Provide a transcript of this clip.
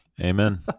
Amen